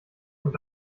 und